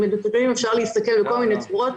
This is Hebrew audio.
על מבוגרים אפשר להסתכל בכל מיני צורות.